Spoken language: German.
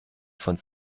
von